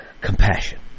compassion